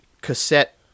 cassette